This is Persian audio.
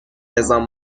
نظام